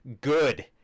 Good